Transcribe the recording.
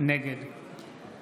נגד